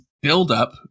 buildup